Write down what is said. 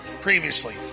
previously